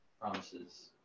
promises